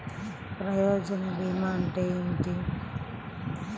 ప్రయోజన భీమా అంటే ఏమిటి?